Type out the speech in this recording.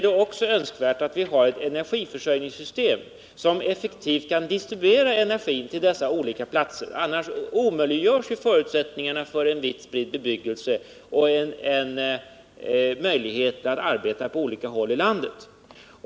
Det är då önskvärt att vi också har ett energiförsörjningssystem som effektivt kan distribuera energi till dessa olika platser, annars omöjliggörs ju förutsättningarna för en vitt spridd bebyggelse och arbete på olika håll i landet.